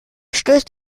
stößt